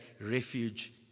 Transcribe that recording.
refuge